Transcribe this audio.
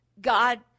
God